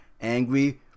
angry